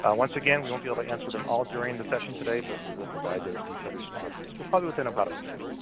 once again, we won't be able to answer them all during the session today, but we will provide those detailed responses but probably within a but week.